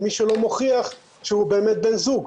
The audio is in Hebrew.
מי שלא מוכיח שהוא באמת בן זוג.